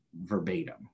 verbatim